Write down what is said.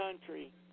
country